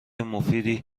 مفیدی